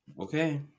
Okay